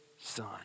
Son